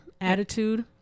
attitude